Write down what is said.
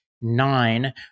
nine